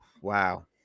wow